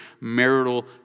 marital